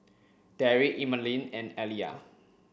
Derick Emaline and Aliyah